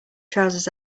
trousers